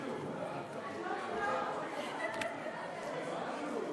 (תיקוני חקיקה להשגת יעדי התקציב לשנות התקציב 2015 ו-2016),